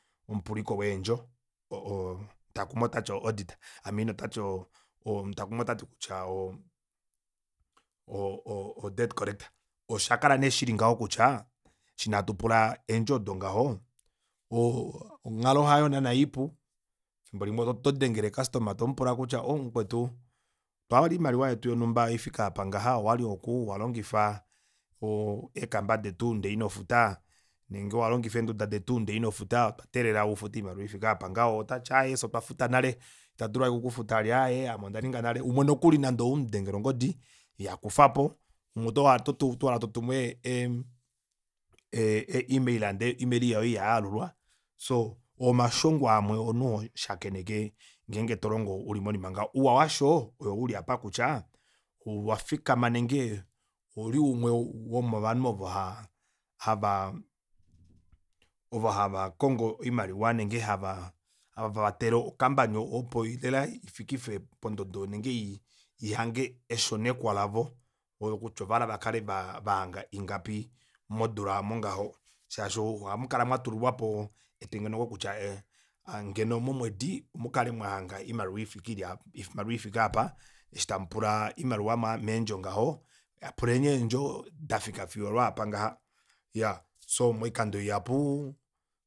Omupuliko weendjo oo omutakumi tati auditor i mean otati o- o- odept collector oshakala nee shili ngaho kutya eshi nee hatupula eendjo odo ngaho oo onghalo hayo naana ipu efimbo limwe oto dengele custormer tomupula kutya oo mukwetu otwa hala oimaliwa yetu yonumba ifike aapa ngaha owali ooku owalongifa eekamba detu ndee inofuta nenge owa longifa eenduda detu ndee inofuta otwa teelela ufute oimaliwa ifike aapa outati ngaha aaye fyee otwa futa nale ita dulu vali okukufuta vali aaye ame ondafuta nale umwe nokuli nande omudengele ongodi iha kufapo umwe otuuhala totumu ee email ndee o email iha yaalulwa soo o omashongo amwe omunhu hoshakeneke ngenge tolongo uli monima ngaho uuwa washo oyowu uli apa kutya owafikama nenge ouli umwe womovanhu ovo hava havaa ovo hava kongo oimaliwa nenge hava vatele o company opo lela ifikifwe pandodo nenge ihage eshonekwa lavo olo kutya ovahala okukala vahanga ingapi modula aamo ngaho shaashi ohamukala mwatulilwapo etengeneko kutya ngeno momwedi omukale mwahanga oimaliwa ifike aapa eshi tamupula oimaliwa meendjo ngaho puleni eendjo dafika fiyo olwaapa ngaha iya soo moikando ihapuu